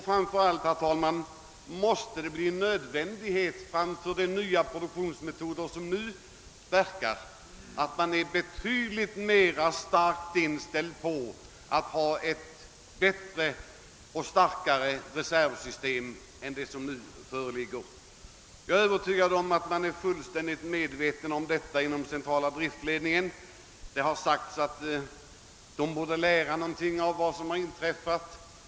Framför allt måste vi, herr talman, med hänsyn till de nya produktionsmetoder som nu används ha en bättre och starkare reservtillgång än den nuvarande. Jag är emellertid övertygad om att man är fullständigt medveten härom inom centrala driftledningen. Det har sagts att centrala driftledningen borde lära något av vad som inträffat.